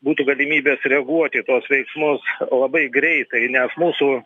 būtų galimybės reaguot į tuos veiksmus labai greitai nes mūsų